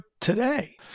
today